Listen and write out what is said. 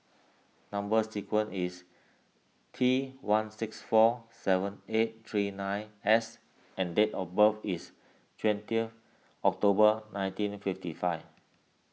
Number Sequence is T one six four seven eight three nine S and date of birth is twenty of October nineteen fifty five